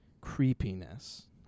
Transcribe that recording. creepiness